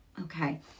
okay